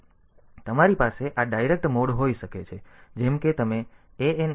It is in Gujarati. તેથી તમારી પાસે આ ડાયરેક્ટ મોડ હોઈ શકે છે જેમ કે તમે ANL A52h કહી શકો છો